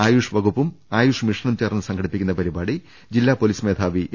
ആയുഷ് വകുപ്പും ആയുഷ് മിഷനും ചേർന്ന് സംഘടിപ്പിക്കുന്ന പരിപാടി ജില്ലാ പൊലീസ് മേധാവി എ